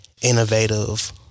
innovative